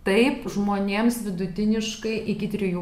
taip žmonėms vidutiniškai iki trijų